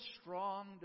strong